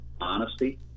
honesty